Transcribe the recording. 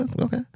Okay